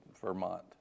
Vermont